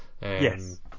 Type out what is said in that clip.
Yes